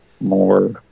more